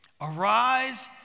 Arise